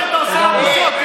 בועז אומר שאתה עושה לו בושות.